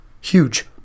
huge